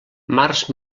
març